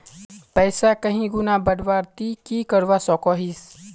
पैसा कहीं गुणा बढ़वार ती की करवा सकोहिस?